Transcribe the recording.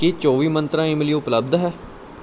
ਕੀ ਚੌਵੀ ਮੰਤਰਾ ਇਮਲੀ ਉਪਲਬਧ ਹੈ